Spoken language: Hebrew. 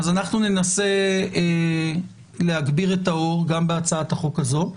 אנחנו ננסה להגביר את האור גם בהצעת החוק הזאת.